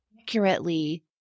accurately